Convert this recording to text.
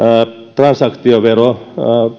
transaktiovero